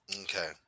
Okay